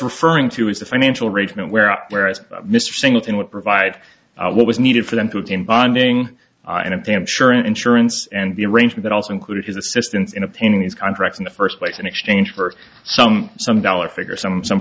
referring to is the financial arrangement where up there as mr singleton would provide what was needed for them to team bonding and a damn sure insurance and the arrangement also included his assistance in a painting these contracts in the first place in exchange for some some dollar figure some some